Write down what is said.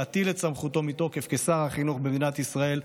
להטיל את סמכותו מתוקף תפקידו כשר החינוך במדינת ישראל,